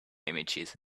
images